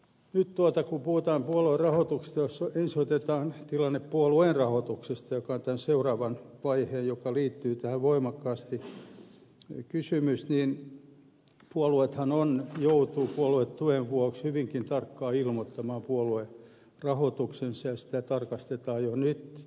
nyt kun puhutaan puoluerahoituksesta jos ensin otetaan tilanne puolueen rahoituksesta joka on tämän seuraavan vaiheen kysymys joka liittyy tähän voimakkaasti niin puolueethan joutuvat puoluetuen vuoksi hyvinkin tarkkaan ilmoittamaan puoluerahoituksensa ja sitä tarkastetaan jo nyt